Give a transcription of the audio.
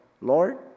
Lord